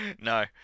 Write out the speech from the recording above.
No